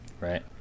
Right